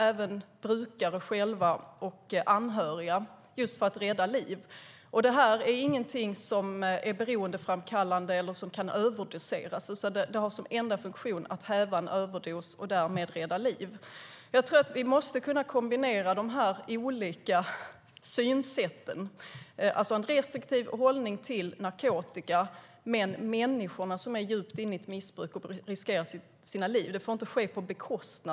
Även brukare själva och deras anhöriga borde kanske få tillgång till detta för att rädda liv. Naloxon är inte beroendeframkallande och kan inte överdoseras. Det har som enda funktion att häva en överdos och därmed rädda liv. Vi måste kunna kombinera dessa olika synsätt. Man måste ha en restriktiv hållning till narkotika - men inte på bekostnad av de människor som är djupt inne i ett missbruk och riskerar sina liv.